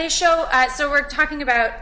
they show as so we're talking about